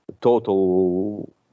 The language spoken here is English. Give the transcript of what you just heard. total